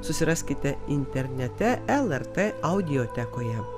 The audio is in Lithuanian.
susiraskite internete lrt audiotekoje